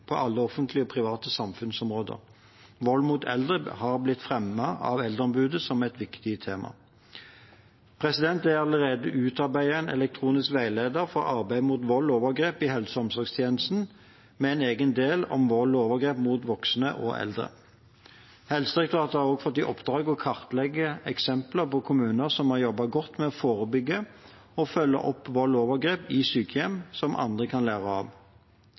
på alle offentlige og private samfunnsområder. Vold mot eldre har blitt fremmet av eldreombudet som et viktig tema. Det er allerede utarbeidet en elektronisk veileder for arbeid mot vold og overgrep i helse- og omsorgstjenesten med en egen del om vold og overgrep mot voksne og eldre. Helsedirektoratet har også fått i oppdrag å kartlegge eksempler på kommuner som har jobbet godt med å forebygge og følge opp vold og overgrep i sykehjem, som andre kan lære av.